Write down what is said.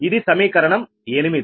ఇది సమీకరణం 8